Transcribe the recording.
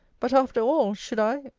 but, after all, should i,